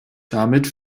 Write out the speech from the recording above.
damit